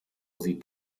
sieht